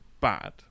bad